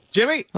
Jimmy